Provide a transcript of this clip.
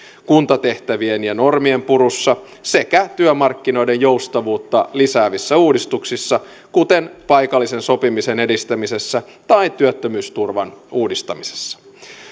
kuntatehtävien ja normien purussa sekä työmarkkinoiden joustavuutta lisäävissä uudistuksissa kuten paikallisen sopimisen edistämisessä tai työttömyysturvan uudistamisessa